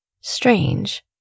strange